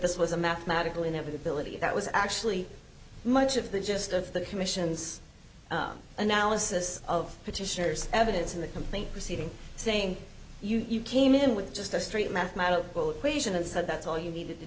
this was a mathematical inevitability that was actually much of the gist of the commission's analysis of petitioners evidence in the complaint proceeding saying you came in with just a straight mathematical equation and said that's all you needed to